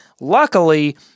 Luckily